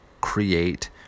create